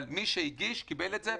אבל מי שהגיש קיבל את זה.